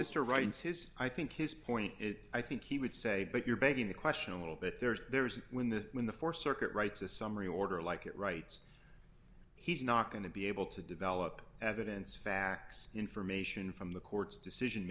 mr wright is his i think his point is i think he would say but you're begging the question a little bit there is there is when the when the four circuit writes a summary order like it writes he's not going to be able to develop evidence facts information from the court's decision